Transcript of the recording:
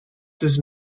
does